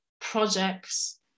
projects